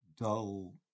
dull